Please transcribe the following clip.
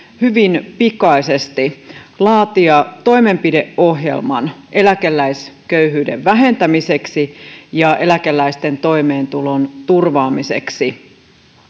hyvin pikaisesti laatia toimenpideohjelman eläkeläisköyhyyden vähentämiseksi ja eläkeläisten toimeentulon turvaamiseksi